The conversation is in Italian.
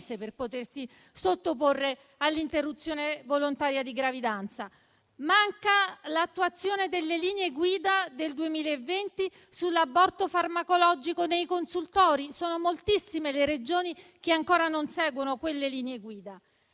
per potersi sottoporre all'interruzione volontaria di gravidanza; manca l'attuazione delle linee guida del 2020 sull'aborto farmacologico nei consultori: sono moltissime le Regioni che ancora non le seguono e addirittura